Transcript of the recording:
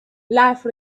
life